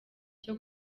cyo